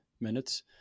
minutes